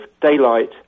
daylight